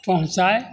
पहुँचाइ